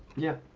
yeah.